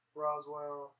roswell